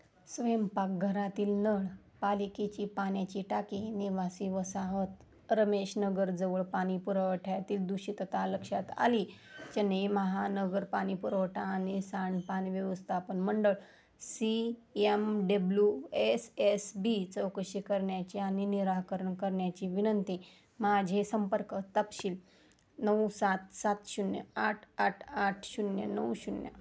स्वयंपाकघरातील नळ पालिकेची पाण्याची टाकी निवासी वसाहत रमेश नगरजवळ पाणी पुरवठ्यातील दूषितता लक्षात आली चेन्नई महानगर पाणी पुरवठा आणि सांडपाणी व्यवस्थापन मंडळ C M W S S B चौकशी करण्याची आणि निराकरण करण्याची विनंती माझे संपर्क तपशील नऊ सात सात शून्य आठ आठ आठ शून्य नऊ शून्य